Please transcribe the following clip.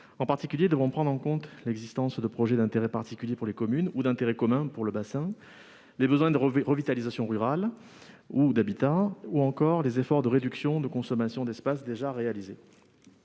En particulier, ils devront prendre en compte l'existence de projets d'intérêt particulier pour les communes ou les projets d'intérêt commun pour le bassin, les besoins de revitalisation rurale ou d'habitat, ou encore les efforts déjà réalisés